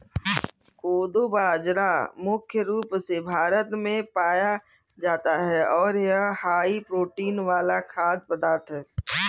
कोदो बाजरा मुख्य रूप से भारत में पाया जाता है और यह हाई प्रोटीन वाला खाद्य पदार्थ है